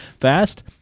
fast